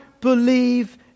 believe